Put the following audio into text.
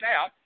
out